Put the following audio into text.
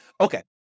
Okay